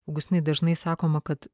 augustinai dažnai sakoma kad